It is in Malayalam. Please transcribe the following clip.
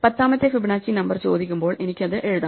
പത്താമത്തെ ഫിബൊനാച്ചി നമ്പർ ചോദിക്കുമ്പോൾ എനിക്ക് അത് എഴുതാം